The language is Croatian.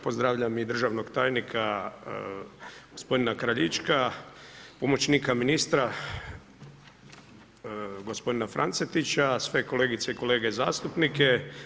Pozdravljam i državnog tajnika gospodina Kraljička, pomoćnika ministra gospodina Francetića, sve kolegice i kolege zastupnike.